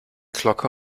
glocke